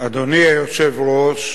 אדוני היושב-ראש,